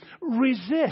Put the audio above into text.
Resist